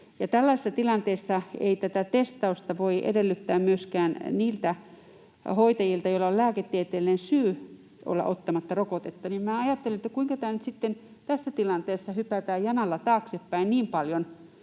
tällaisessa tilanteessa ei tätä testausta voi edellyttää myöskään niiltä hoitajilta, joilla on lääketieteellinen syy olla ottamatta rokotetta. Minä ajattelin, että kuinka nyt sitten tässä tilanteessa hypätään janalla taaksepäin niin paljon,